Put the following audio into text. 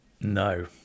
No